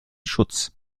schutz